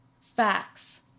Facts